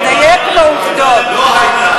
לא הייתה.